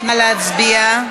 נא להצביע.